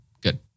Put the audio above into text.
Good